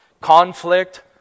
conflict